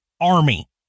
army